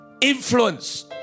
influence